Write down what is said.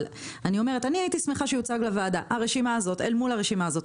אני הייתי שמחה שהרשימה הזאת מול הרשימה השנייה